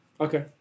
Okay